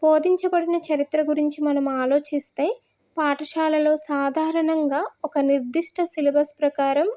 బోధించబడిన చరిత్ర గురించి మనం ఆలోచిస్తే పాఠశాలలో సాధారణంగా ఒక నిర్దిష్ట సిలబస్ ప్రకారం